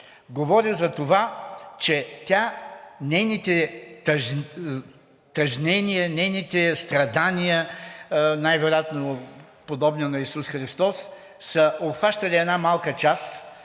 говори за това, че тя, нейните тежнения, нейните страдания, най-вероятно подобни на Исус Христос, са обхващали една малка част